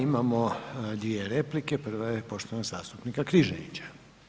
Imamo dvije replike, prva je poštovanog zastupnika Križanića.